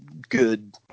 good